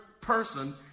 person